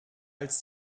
als